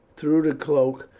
threw the cloak,